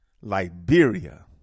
Liberia